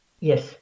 yes